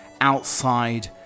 outside